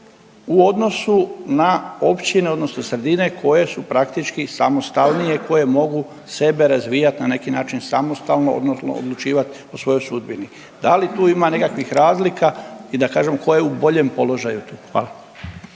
u odnosu na općine odnosno sredine koje su praktički samostalnije i koje mogu sebe razvijati na neki način samostalno odnosno odlučivati o svojoj sudbini? Da li tu ima nekakvih razlika i da kažem ko je u boljem položaju tu? Hvala.